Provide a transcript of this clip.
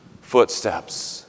footsteps